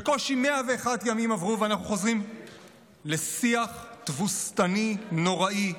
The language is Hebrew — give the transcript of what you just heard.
בקושי 101 ימים עברו ואנחנו חוזרים לשיח תבוסתני נוראי,